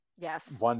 Yes